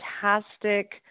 fantastic